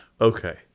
Okay